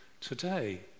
today